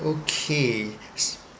okay